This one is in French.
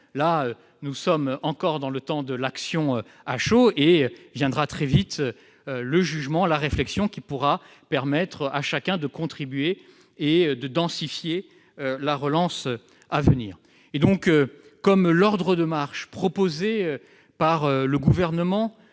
» Nous sommes encore dans le temps de l'action à chaud ; très vite viendront le jugement et la réflexion qui pourra permettre à chacun de contribuer et de densifier la relance à venir. Comme l'ordre de marche proposé par le Gouvernement